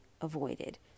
avoided